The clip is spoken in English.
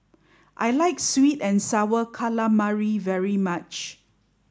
I like Sweet and Sour Calamari very much